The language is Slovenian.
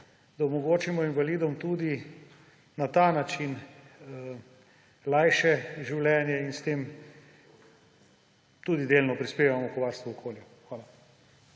da omogočimo invalidom tudi na ta način lažje življenje in s tem tudi delno prispevamo k varstvu okolja. Hvala.